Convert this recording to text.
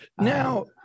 now